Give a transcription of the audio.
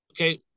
okay